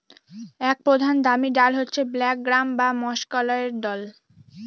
এক প্রধান দামি ডাল হচ্ছে ব্ল্যাক গ্রাম বা মাষকলাইর দল